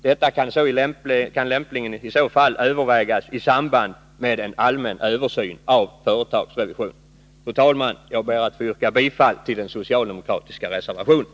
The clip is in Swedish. Detta kan lämpligen övervägas i samband med en allmän översyn av företagsrevisionen. Fru talman! Jag yrkar bifall till den socialdemokratiska reservationen.